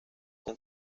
con